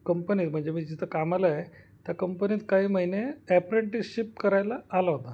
कंपनीत म्हणजे मी जिथं कामाल आहे त्या कंपनीत काही महिने ॲप्रेंटिशशिप करायला आला होता